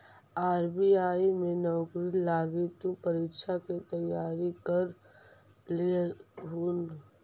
RBI में नौकरी लागी तु परीक्षा के तैयारी कर लियहून